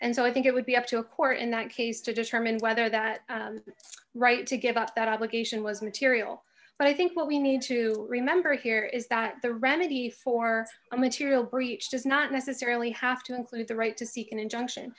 and so i think it would be up to a court in that case to determine whether that right to give up that obligation was material but i think what we need to remember here is that the remedy for a material breach does not necessarily have to include the right to seek an injunction